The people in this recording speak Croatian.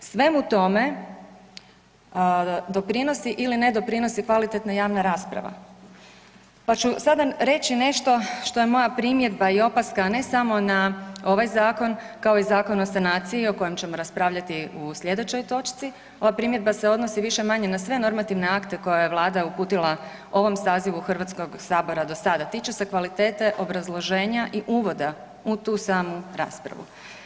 Svemu tome doprinosi ili ne doprinosi kvalitetna javna rasprava, pa ću sada reći nešto što je moja primjedba i opaska, a ne samo na ovaj zakon kao i Zakon o sanaciji o kojem ćemo raspravljati u sljedećoj točci, ova primjedba se odnosi više-manje na sve normativne akte koje je Vlada uputila ovom sazivu HS-a do sada, tiče se kvalitete obrazloženja i uvoda u tu samu raspravu.